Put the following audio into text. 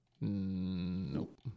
Nope